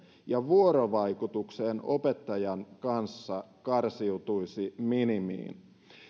ja vuorovaikutukseen opettajan kanssa karsiutuisi minimiin